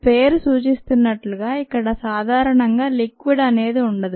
పేరు సూచిస్తున్నట్లుగా ఇక్కడ సాధారణంగా లిక్విడ్ అనేది ఉండదు